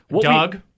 Doug